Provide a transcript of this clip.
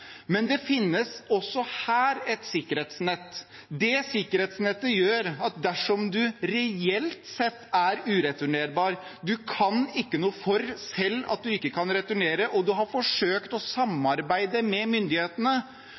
Men det finnes også her et sikkerhetsnett. Det sikkerhetsnettet gjør at dersom man reelt sett er ureturnerbar, man kan ikke noe for selv at man ikke kan returnere, og man har forsøkt å samarbeide med myndighetene